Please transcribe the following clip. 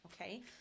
okay